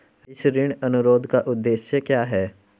इस ऋण अनुरोध का उद्देश्य क्या है?